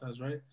right